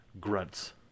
grunts